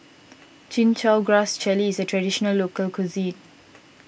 Chin Chow Grass Jelly is a Traditional Local Cuisine